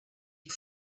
die